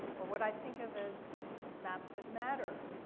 or what i think of as maps that matter.